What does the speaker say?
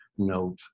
note